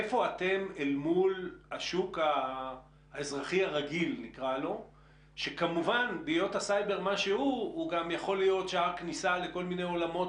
איפה אתם אל מול השוק האזרחי הרגיל שיכול להיות שער כניסה לכל מיני עניינים